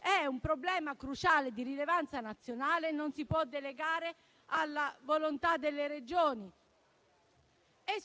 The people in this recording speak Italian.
è un problema cruciale di rilevanza nazionale, che non si può delegare alla volontà delle Regioni.